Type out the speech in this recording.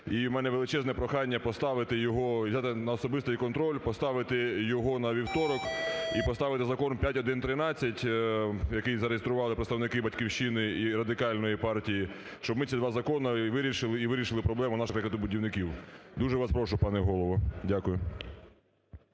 І у мене величезне прохання поставити його і взяти на особистий контроль, поставити його на вівторок, і поставити Закон 5113, який зареєстрували представники "Батьківщини" і Радикальної партії, щоб ми ці два закони вирішили – і вирішили проблему наших ракетобудівників. Дуже вас прошу, пане Голово. Дякую.